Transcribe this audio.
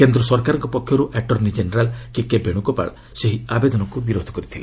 କେନ୍ଦ୍ର ସରକାରଙ୍କ ପକ୍ଷରୁ ଆଟର୍ଶ୍ଣି ଜେନେରାଲ୍ କେକେ ବେଣୁଗୋପାଳ ସେହି ଆବେଦନକୁ ବିରୋଧ କରିଥିଲେ